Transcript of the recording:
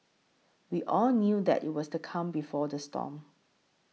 we all knew that it was the calm before the storm